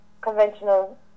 conventional